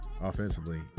offensively